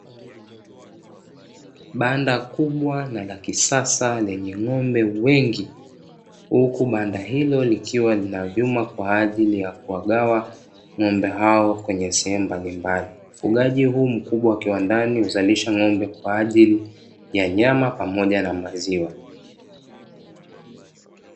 Banda kubwa na la kisasa lenye ng'ombe wengi huku banda hilo likiwa lina vyuma kwa ajili ya kuwagawa ng'ombe hao kwenye sehemu mbalimbali. Ufugaji huu mkubwa wa kiwandani huzalisha ng'ombe kwa ajili ya nyama pamoja na maziwa.